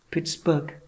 Pittsburgh